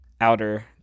outer